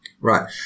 Right